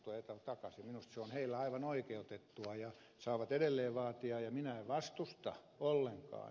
minusta se on heille aivan oikeutettua ja saavat edelleen vaatia ja minä en vastusta ollenkaan